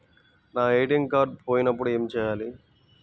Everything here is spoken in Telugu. నా ఏ.టీ.ఎం కార్డ్ పోయినప్పుడు ఏమి చేయాలి?